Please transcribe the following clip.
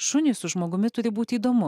šuniui su žmogumi turi būti įdomu